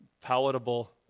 palatable